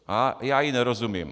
A já jí nerozumím.